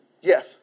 yes